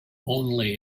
only